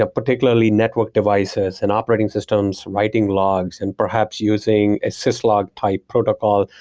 ah particularly network devices and operating systems, writing logs and perhaps using a syslog type protocol,